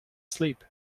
sleep